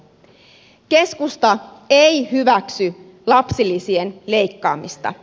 keskusta ei hyväksy lapsilisien leikkaamista